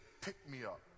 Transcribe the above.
pick-me-up